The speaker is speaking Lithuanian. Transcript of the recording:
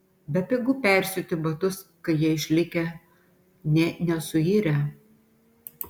bepigu persiūti batus kai jie išlikę nė nesuirę